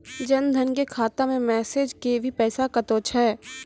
जन धन के खाता मैं मैसेज के भी पैसा कतो छ?